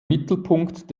mittelpunkt